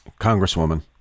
congresswoman